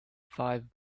five